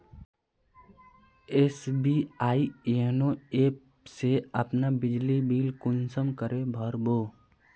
SBI YONO app से अपना बिजली बिल कुंसम करे भर बो?